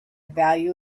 value